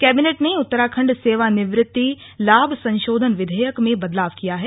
cabinet ने उत्तराखंड सेवा निवृत्ति लाभ संशोधन विधेयक में बदलाव किया है